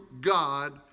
God